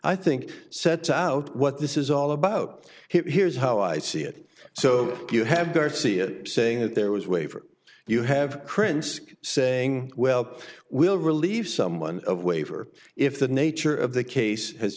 i think sets out what this is all about here's how i see it so you have garcia saying that there was way for you have krinsky saying well we'll relieve someone of waiver if the nature of the case has